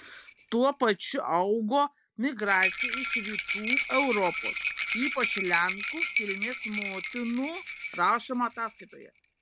tuo pačiu augo migracija iš rytų europos ypač lenkų kilmės motinų rašoma ataskaitoje